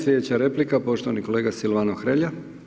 Sljedeća replika poštovani kolega Silvano Hrelja.